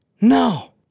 No